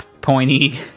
pointy